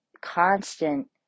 constant